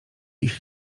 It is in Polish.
ich